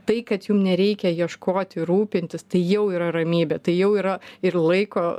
tai kad jum nereikia ieškoti rūpintis tai jau yra ramybė tai jau yra ir laiko